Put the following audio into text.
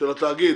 של התאגיד.